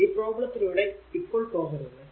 ഈ പ്രോബ്ലെത്തിലൂടെ ഇപ്പോൾ പോകരുത്